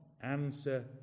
answer